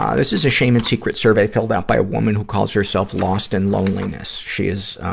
ah this is a shame and secret survey filled out by a woman who calls herself lost in loneliness. she is,